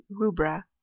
rubra